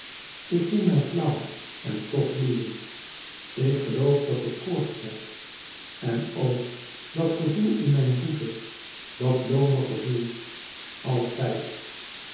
ik voel mij flauw en toch gloeiend ik geloof dat ik koorts heb en o dat gevoel in mijn voeten dat loome gevoel altijd